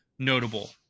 Notable